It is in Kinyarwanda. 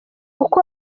uko